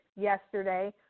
Yesterday